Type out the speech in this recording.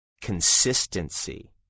consistency